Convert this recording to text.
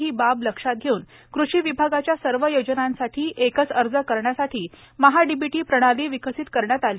ही बाब लक्षात घेऊन कृषी विभागाच्या सर्व योजनांसाठी एकच अर्ज करण्यासाठी महाडीबीटी प्रणाली विकसित करण्यात आली